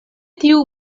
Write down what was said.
tiu